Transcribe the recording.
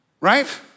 right